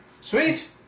Sweet